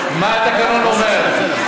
מה התקנון אומר?